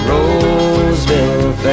Roseville